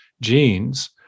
genes